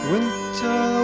Winter